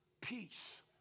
peace